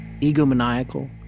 egomaniacal